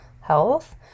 health